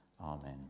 Amen